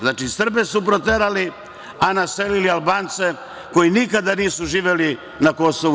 Znači, Srbe su proterali a naselili Albance, koji nikada nisu živeli na KiM.